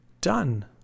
done